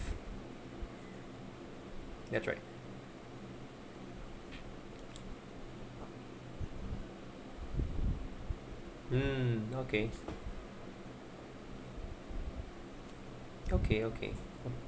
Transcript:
that's right mm okay okay okay